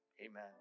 Amen